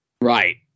Right